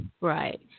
Right